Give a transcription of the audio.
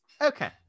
okay